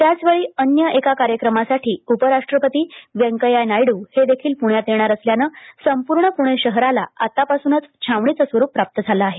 त्याचवेळी अन्य एका कार्यक्रमासाठी उपराष्ट्रपती वैंकय्या नायड्र हे देखील प्ण्यात येणार असल्यानं संपूर्ण पुणे शहराला आत्तापासूनच छावणीचे स्वरूप प्राप्त झालं आहे